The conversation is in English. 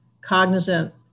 cognizant